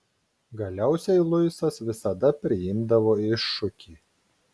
galiausiai luisas visada priimdavo iššūkį